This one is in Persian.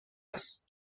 است